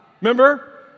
Remember